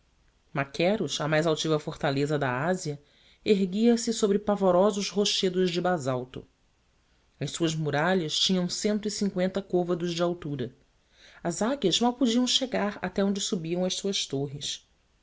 maqueros a mais altiva fortaleza da ásia erguia-se sobre pavorosos rochedos de basalto as suas muralhas tinham cento e cinqüenta côvados de altura as águias mal podiam chegar até onde subiam as suas torres